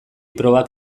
probak